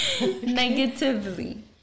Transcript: Negatively